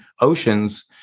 oceans